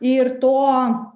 ir to